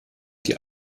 die